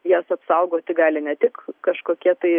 jas apsaugoti gali ne tik kažkokie tai